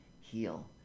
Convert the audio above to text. heal